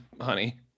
honey